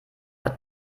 hat